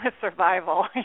survival